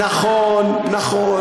נכון, נכון.